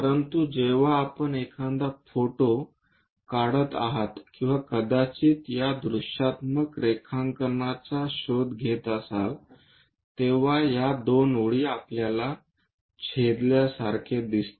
परंतु जेव्हा आपण एखादा फोटो काढत आहात किंवा कदाचित या दृश्यात्मक रेखांकनाचा शोध घेत असाल तेव्हा या दोन ओळी आपल्याला छेदल्यासारखे दिसते